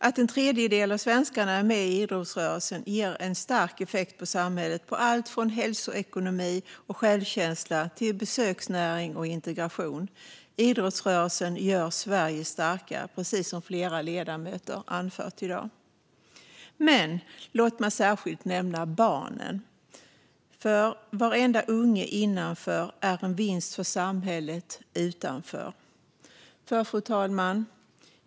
Att en tredjedel av svenskarna är med i idrottsrörelsen ger en stark effekt på samhället på allt från hälsoekonomi och självkänsla till besöksnäring och integration. Idrottsrörelsen gör Sverige starkare, precis som flera ledamöter anfört i dag. Men låt mig särskilt nämna barnen. Varenda unge innanför är en vinst för samhället utanför.